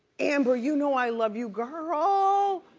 amber, you know i love you, girl.